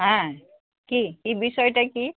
হ্যাঁ কী কী বিষয়টা কী